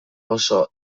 oso